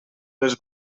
les